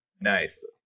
Nice